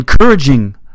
encouraging